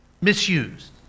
misused